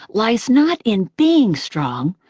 lies not in being strong,